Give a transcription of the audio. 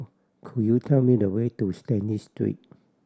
could you tell me the way to Stanley Street